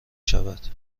شود